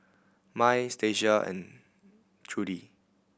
Mai Stacia and Trudi